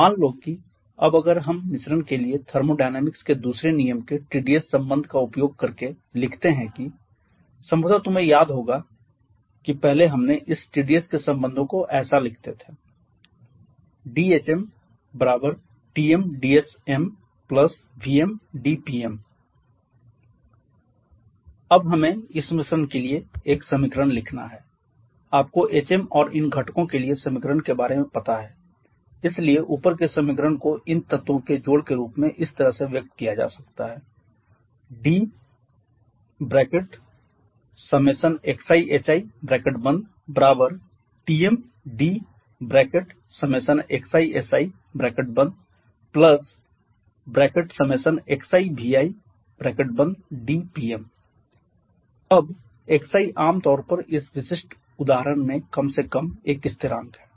मान लो की अब अगर हम मिश्रण के लिए थर्मोडायनेमिक्स के दूसरे नियम के TdS सम्बन्ध का उपयोग करके लिखते है की संभवत तुम्हें याद होगा की पहले हमने इस Tds के संबंधों को ऐसा लिखते थे dhm Tmdsm vmdPm अब हमें इस मिश्रण के लिए एक समीकरण लिखना है आपको hm और इन घटको के लिए समीकरण के बारे में पता हैइसलिए ऊपर के समीकरण को इन तत्वों के जोड़ के रूप में इस तरह से व्यक्त किया जा सकता है di1kxihiTm di1kxisii1kxivid Pm अब xi आम तौर पर इस विशिष्ट उदाहरण में कम से कम एक स्थिरांक है